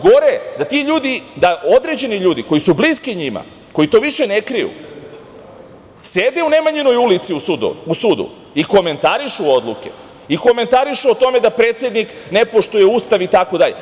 Gore je da ti određeni ljudi koji su bliski njima, koji to više ne kriju sede u Nemanjinoj ulici u sudu i komentarišu odluke i komentarišu o tome da predsednik ne poštuje Ustav itd.